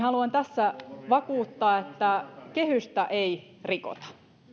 haluan tässä vakuuttaa että kehystä ei rikota